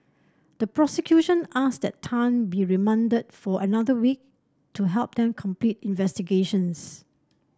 the prosecution asked that Tan be remanded for another week to help them complete investigations